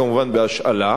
כמובן בהשאלה.